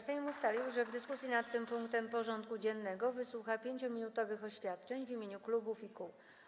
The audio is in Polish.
Sejm ustalił, że w dyskusji nad tym punktem porządku dziennego wysłucha 5-minutowych oświadczeń w imieniu klubów i kół.